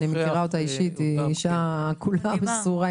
אני מכירה אותה אישית והיא אישה שכולה מסורה,